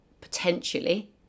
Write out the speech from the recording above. potentially